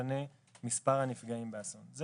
ומספר הנפגעים באסון אינו משנה.